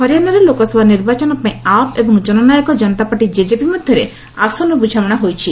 ହରିଆଣାରେ ଲୋକସଭା ନିର୍ବାଚନ ପାଇଁ ଆପ୍ ଏବଂ ଜନନାୟକ ଜନତା ପାର୍ଟି ଜେଜେପି ମଧ୍ୟରେ ଆସନ ବୃଝାମଣା ହୋଇଛି